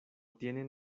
tienen